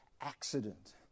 accident